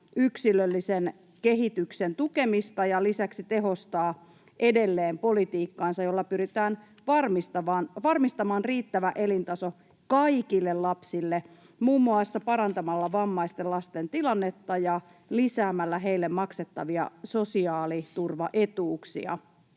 yksilöllisen kehityksen tukemista ja lisäksi tehostaa edelleen politiikkaansa, jolla pyritään varmistamaan riittävä elintaso kaikille lapsille, muun muassa parantamalla vammaisten lasten tilannetta ja lisäämällä heille maksettavia sosiaaliturvaetuuksia”.